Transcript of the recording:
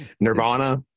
nirvana